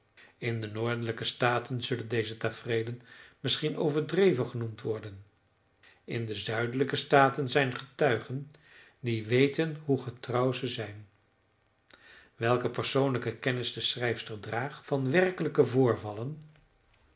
in de noordelijke staten zullen deze tafereelen misschien overdreven genoemd worden in de zuidelijke staten zijn getuigen die weten hoe getrouw zij zijn welke persoonlijke kennis de schrijfster draagt van werkelijke voorvallen